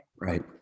Right